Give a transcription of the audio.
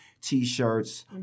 T-shirts